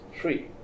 free